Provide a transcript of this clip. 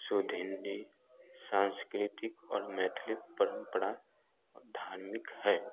शुद्ध हिंदी सांस्कृतिक और मैथली परंपरा धार्मिक है